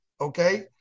okay